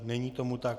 Není tomu tak.